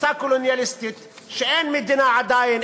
בתפיסה קולוניאליסטית שאין מדינה עדיין,